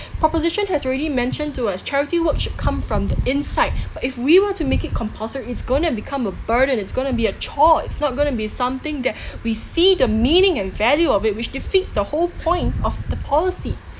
proposition has already mentioned to us charity work should come from the inside but if we were to make it compulsory it's going to become a burden it's going to be a chore it's not going to be something that we see the meaning and value of it which defeats the whole point of the policy